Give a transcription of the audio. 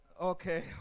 Okay